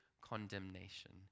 condemnation